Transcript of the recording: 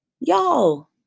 Y'all